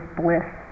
bliss